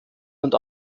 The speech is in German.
und